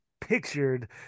pictured